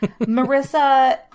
Marissa